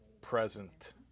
present